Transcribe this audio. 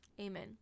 Amen